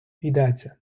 йдеться